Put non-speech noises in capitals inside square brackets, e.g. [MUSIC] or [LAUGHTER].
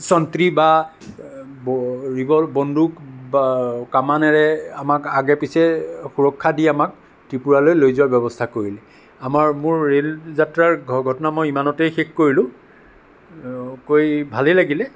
[UNINTELLIGIBLE] বা ৰিভল বন্দুক কামানেৰে আমাক আগে পিছে সুৰক্ষা দি আমাক ত্ৰিপুৰালৈ লৈ যোৱাৰ ব্যৱস্থা কৰিলে আমাৰ মোৰ ৰে'ল যাত্ৰাৰ ঘটনা মই ইমানতে শেষ কৰিলোঁ কৈ ভালেই লাগিল